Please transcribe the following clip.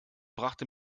brachte